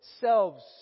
selves